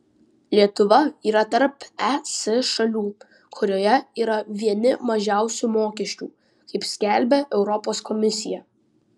lietuva yra tarp es šalių kurioje yra vieni mažiausių mokesčių kaip skelbia europos komisija